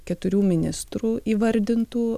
keturių ministrų įvardintų